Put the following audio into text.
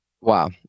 Wow